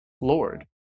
Lord